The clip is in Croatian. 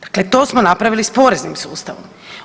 Dakle, to smo napravili s poreznim sustavom.